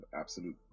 absolute